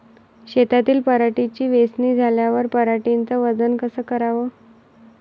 शेतातील पराटीची वेचनी झाल्यावर पराटीचं वजन कस कराव?